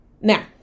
Now